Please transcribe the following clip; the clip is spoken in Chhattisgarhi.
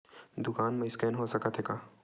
दुकान मा स्कैन हो सकत हे का?